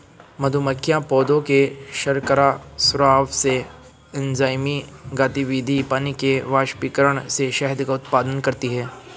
मधुमक्खियां पौधों के शर्करा स्राव से, एंजाइमी गतिविधि, पानी के वाष्पीकरण से शहद का उत्पादन करती हैं